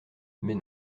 mais